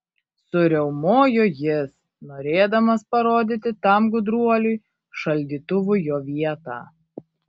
suriaumojo jis norėdamas parodyti tam gudruoliui šaldytuvui jo vietą